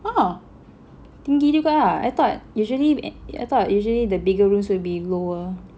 !wah! tinggi juga ya I thought usually I thought usually the bigger rooms will be lower